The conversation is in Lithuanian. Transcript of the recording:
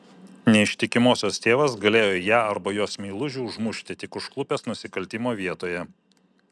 neištikimosios tėvas galėjo ją arba jos meilužį užmušti tik užklupęs nusikaltimo vietoje